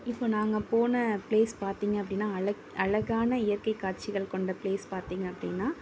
இப்போ நாங்கள் போன ப்லேஸ் பார்த்திங்க அப்படின்னா அலக் அழகான இயற்கை காட்சிகள் கொண்ட ப்லேஸ் பார்த்திங்க அப்படின்னா